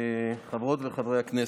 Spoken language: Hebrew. חברות וחברי הכנסת,